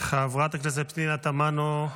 חברת הכנסת פנינה תמנו,